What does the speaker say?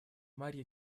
марья